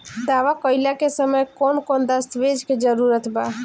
दावा कईला के समय कौन कौन दस्तावेज़ के जरूरत बा?